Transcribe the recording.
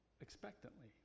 Expectantly